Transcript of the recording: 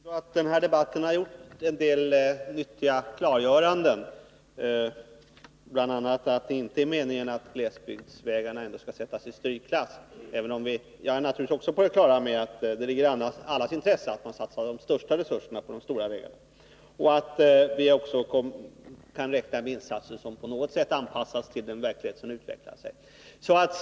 Herr talman! Jag tycker ändå att den här debatten har lett till en del nyttiga klargöranden. Bl. a. har vi fått veta att det inte är meningen att glesbygdsvägarna skall sättas i strykklass. Jag är naturligtvis också på det klara med att det ligger i allas intresse att man satsar de största resurserna på de stora vägarna, men vi kan alltså även räkna med insatser som på något sätt anpassas till den verklighet som utvecklar sig.